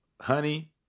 honey